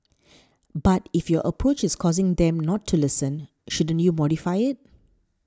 but if your approach is causing them to not listen shouldn't you modify it